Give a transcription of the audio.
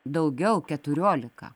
daugiau keturiolika